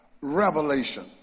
revelation